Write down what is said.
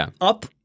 up